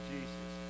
Jesus